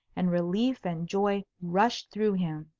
and relief and joy rushed through him.